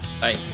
Bye